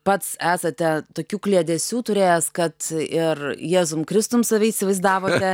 pats esate tokių kliedesių turėjęs kad ir jėzum kristum save įsivaizdavote